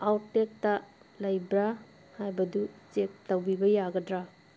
ꯑꯥꯎꯠꯇꯦꯛꯇ ꯂꯩꯕ꯭ꯔꯥ ꯍꯥꯏꯕꯗꯨ ꯆꯦꯛ ꯇꯧꯕꯤꯕ ꯌꯥꯒꯗ꯭ꯔꯥ